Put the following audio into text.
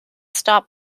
stop